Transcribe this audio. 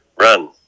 run